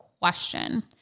question